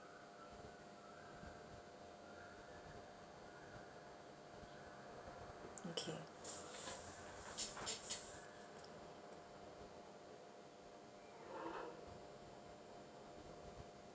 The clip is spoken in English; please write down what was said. okay